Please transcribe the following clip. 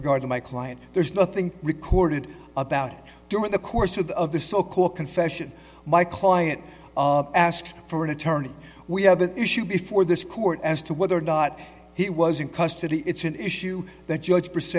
regard to my client there's nothing recorded about it during the course of the of this so called confession my client asked for an attorney we have an issue before this court as to whether or not he was in custody it's an issue that judge